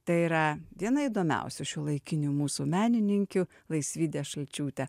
tai yra viena įdomiausių šiuolaikinių mūsų menininkių laisvydė šalčiūtė